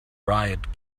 riot